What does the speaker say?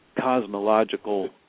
cosmological